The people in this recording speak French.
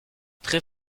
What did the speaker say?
très